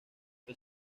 que